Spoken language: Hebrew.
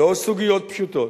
לא סוגיות פשוטות.